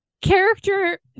character